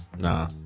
Nah